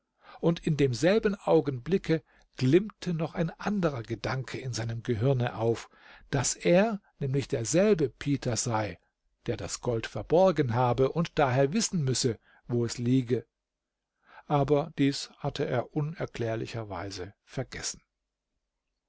und in demselben augenblicke glimmte noch ein anderer gedanke in seinem gehirne auf daß er nämlich derselbe peter sei der das gold verborgen habe und daher wissen müsse wo es liege aber dies hatte er unerklärlicherweise vergessen